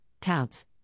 touts